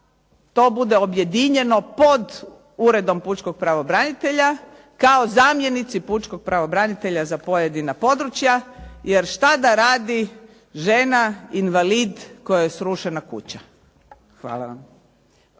to bude objedinjeno pod Uredom pučkog pravobranitelja kao zamjenici pučkog pravobranitelja za pojedina područja jer šta da radi žena invalid kojoj je srušena kuća. Hvala.